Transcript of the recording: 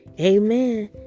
amen